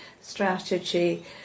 strategy